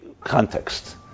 context